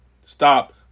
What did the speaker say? Stop